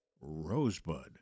Rosebud